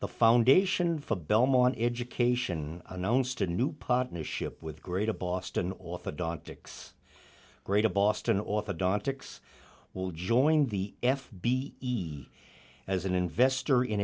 the foundation for belmont education announced a new partnership with greater boston orthodontics greater boston orthodontics will join the f b i as an investor in